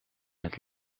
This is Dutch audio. het